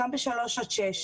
גם בגילאי שלוש עד שש.